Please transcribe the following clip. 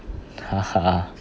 haha